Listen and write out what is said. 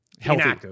healthy